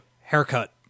haircut